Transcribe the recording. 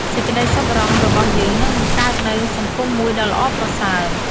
សេចក្តីសប្បុរសរបស់យើងនឹងបង្កើតនូវសង្គមមួយដ៏ល្អប្រសើរ។